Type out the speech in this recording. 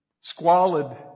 squalid